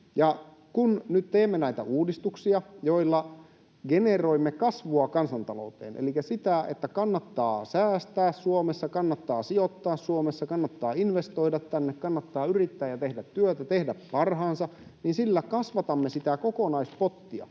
Kun nyt teemme näitä uudistuksia, joilla generoimme kasvua kansantalouteen elikkä sitä, että kannattaa säästää Suomessa, kannattaa sijoittaa Suomessa, kannattaa investoida tänne, kannattaa yrittää ja tehdä työtä, tehdä parhaansa, niin niillä kasvatamme sitä kokonaispottia,